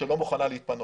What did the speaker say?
שלא מוכנה להתפנות.